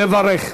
לברך.